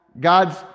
God's